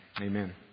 amen